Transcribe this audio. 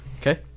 Okay